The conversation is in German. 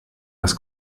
das